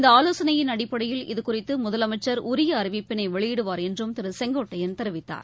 இந்த ஆலோசனையின் அடிப்படையில் இதுகுறித்து முதலமைச்சர் உரிய அறிவிப்பினை வெளியிடுவார் என்றும் திரு செங்கோட்டையன் தெரிவித்தார்